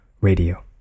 radio